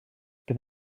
bydd